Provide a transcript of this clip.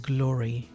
Glory